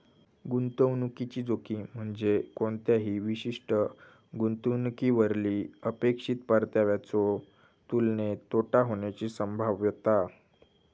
गुंतवणुकीची जोखीम म्हणजे कोणत्याही विशिष्ट गुंतवणुकीवरली अपेक्षित परताव्याच्यो तुलनेत तोटा होण्याची संभाव्यता